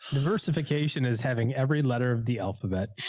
diversification is having every letter of the alphabet.